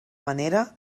manera